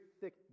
thick